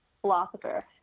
philosopher